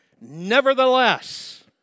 Nevertheless